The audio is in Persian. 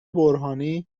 برهانی